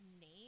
name